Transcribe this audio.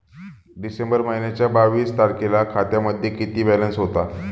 डिसेंबर महिन्याच्या बावीस तारखेला खात्यामध्ये किती बॅलन्स होता?